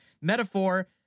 metaphor